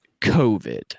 COVID